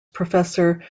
professor